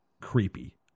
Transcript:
creepy